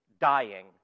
dying